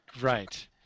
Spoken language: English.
Right